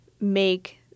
make